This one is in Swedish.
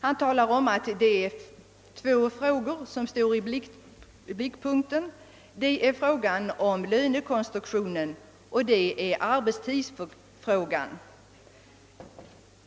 Han talar om att det är två frågor som står i blickpunkten: det är frågan om lönekonstruktionen, och det är arbetstidsfrågan.